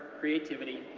creativity,